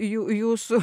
jų jūsų